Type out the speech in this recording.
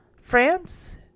France